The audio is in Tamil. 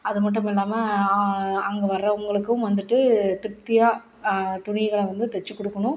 அது மட்டும் பண்ணாமல் அங்கே வர்றவுங்களுக்கும் வந்துட்டு திருப்தியாக துணிகளை வந்து தச்சு கொடுக்கணும்